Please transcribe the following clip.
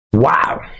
wow